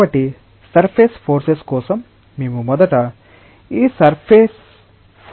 కాబట్టి surface forces కోసం మేము మొదట ఈ సర్ఫేస్పై ఫోర్స్ ని చెప్పడం పరిశీలిస్తాము